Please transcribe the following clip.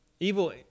Evil